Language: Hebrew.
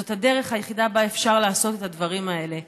זאת הדרך היחידה שבה אפשר לעשות את הדברים הללו,